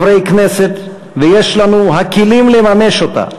חברי הכנסת, ויש לנו הכלים לממש אותה,